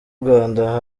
rwanda